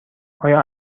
آیا